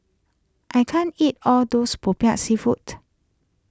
I can't eat all those Popiah Seafood